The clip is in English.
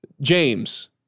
James